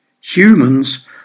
Humans